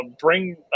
bring